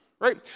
right